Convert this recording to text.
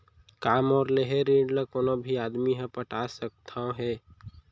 का मोर लेहे ऋण ला कोनो भी आदमी ह पटा सकथव हे?